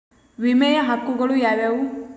ವಿಮೆಯ ಹಕ್ಕುಗಳು ಯಾವ್ಯಾವು?